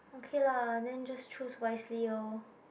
okay lah then just choose wisely lor